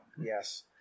Yes